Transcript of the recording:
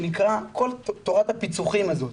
כל תורת הפיצוחים הזאת.